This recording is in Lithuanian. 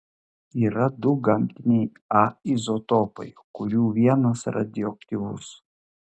yra du gamtiniai a izotopai kurių vienas radioaktyvus